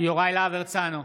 יוראי להב הרצנו,